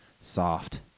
soft